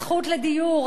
הזכות לדיור,